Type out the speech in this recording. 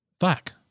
Fuck